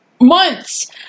months